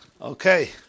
Okay